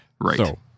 Right